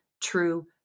true